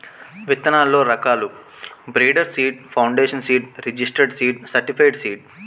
విత్తనాల్లో రకాలు breeder seed, foundation seed, registered seed, certified seed